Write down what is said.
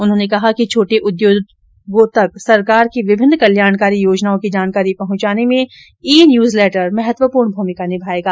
उन्होंने कहा कि छोटे उद्योगों तक सरकार की विभिन्न कल्याणकारी योजनाओं की जानकारी पहुंचाने में ई न्यूजलेटर महत्वपूर्ण भूमिका निभायेगा